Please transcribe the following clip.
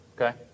Okay